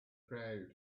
crowd